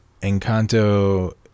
Encanto